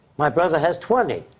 my brother has twenty.